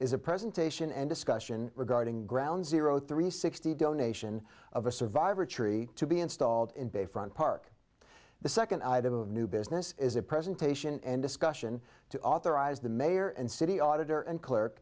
is a presentation and discussion regarding ground zero three sixty donation of a survivor tree to be installed in bay front park the second item of new business is a presentation and discussion to authorize the mayor and city auditor and clerk